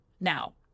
now